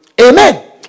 Amen